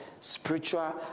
spiritual